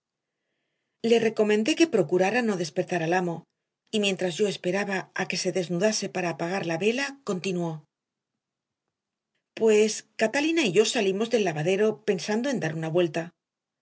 le recomendé que procurara no despertar al amo y mientras yo esperaba a que se desnudase para apagar la vela continuó pues catalina y yo salimos del lavadero pensando dar una vuelta